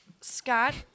Scott